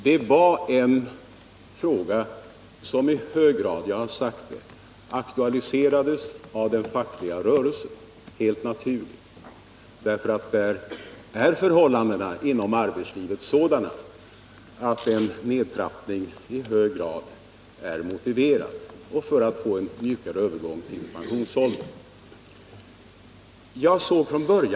Det var en fråga som i hög grad aktualiserades av den fackliga rörelsen — helt naturligt. Förhållandena inom den delen av arbetslivet är sådana att en nedtrappning är i hög grad motiverad för att få en mjukare övergång till pensionsåldern.